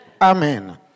Amen